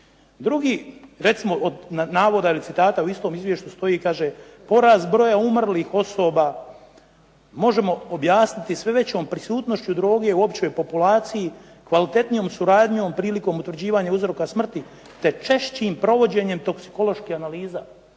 Drugi, recimo od navoda ili citata u istom izvješću stoji i kaže: "porast broja umrlih osoba možemo objasniti sve većom prisutnošću droge u općoj populaciji, kvalitetnijom suradnjom prilikom utvrđivanja uzroka smrti te češćim provođenjem toksikoloških analiza."